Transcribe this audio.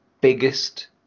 biggest